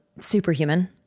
Superhuman